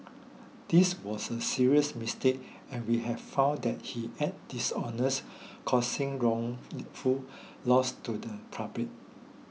this was a serious mistake and we have found that he acted dishonest causing wrongful loss to the public